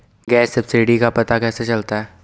Gas subsidy का पता कैसे चलता है?